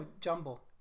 jumble